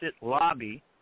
lobby